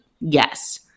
yes